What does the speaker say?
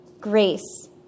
Grace